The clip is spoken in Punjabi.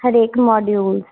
ਹਰੇਕ ਮੋਡੀਉਲ 'ਚ